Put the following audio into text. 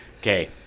Okay